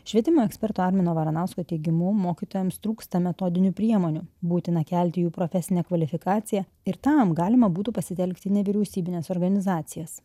švietimo eksperto armino varanausko teigimu mokytojams trūksta metodinių priemonių būtina kelti jų profesinę kvalifikaciją ir tam galima būtų pasitelkti nevyriausybines organizacijas